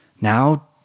now